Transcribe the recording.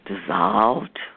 dissolved